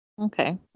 Okay